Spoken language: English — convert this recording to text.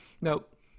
nope